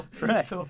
Right